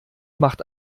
macht